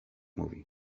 mówi